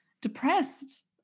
depressed